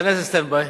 היכנס לסטנד-ביי.